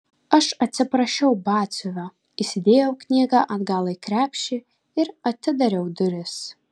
aš atsiprašiau batsiuvio įsidėjau knygą atgal į krepšį ir atidariau duris